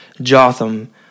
Jotham